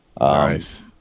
Nice